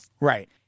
Right